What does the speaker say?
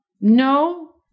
no